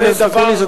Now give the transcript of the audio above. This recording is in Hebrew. חבר הכנסת אקוניס,